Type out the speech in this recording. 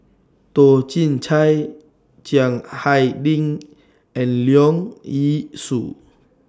Toh Chin Chye Chiang Hai Ding and Leong Yee Soo